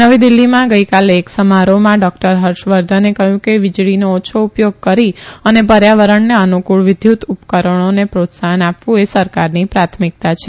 નવી દિલ્હીમા ગઇકાલે એક સમારોહમાં ડોકટર હર્ષવર્ધને કહયું કે વીજળીનો ઓછો ઉપયોગ કરી અને પર્યાવરણને અનુકુળ વિદ્યુત ઉપકરણોને પ્રોત્સાફન આપવું એ સરકારની પ્રાથમિકતા છે